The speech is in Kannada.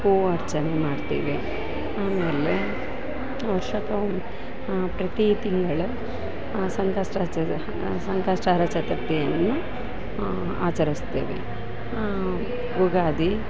ಹೂವರ್ಚನೆ ಮಾಡ್ತಿವಿ ಆಮೇಲೆ ವರ್ಷದ ಪ್ರತಿ ತಿಂಗಳ ಸಂಕಷ್ಟ ಚತು ಸಂಕಷ್ಟಹರ ಚತುರ್ಥಿಯನ್ನು ಆಚರಿಸ್ತೇವೆ ಯುಗಾದಿ